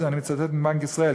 אני מצטט מבנק ישראל,